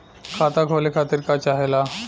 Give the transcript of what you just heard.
खाता खोले खातीर का चाहे ला?